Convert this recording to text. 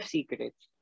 Secrets